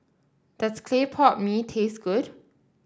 does Clay Pot Mee taste good